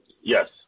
Yes